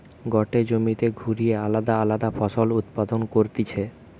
গটে জমিতে ঘুরিয়ে আলদা আলদা ফসল উৎপাদন করতিছে